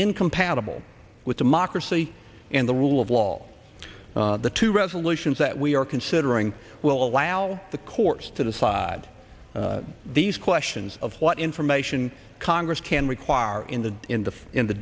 incompatible with democracy and the rule of law the two resolutions that we are considering will allow the courts to decide these questions of what information congress can require in the in the in the